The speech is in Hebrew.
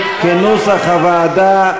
מצביעים, כנוסח הוועדה,